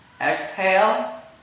Exhale